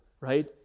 right